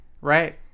right